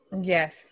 Yes